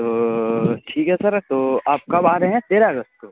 تو ٹھیک ہے سر تو آپ کب آ رہے ہیں تیرہ اگست کو